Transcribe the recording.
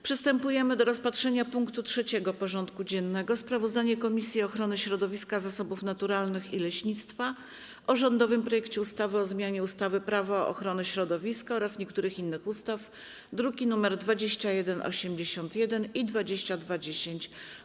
Przystępujemy do rozpatrzenia punktu 3. porządku dziennego: Sprawozdanie Komisji Ochrony Środowiska, Zasobów Naturalnych i Leśnictwa o rządowym projekcie ustawy o zmianie ustawy - Prawo ochrony środowiska oraz niektórych innych ustaw (druki nr 2181 i 2210)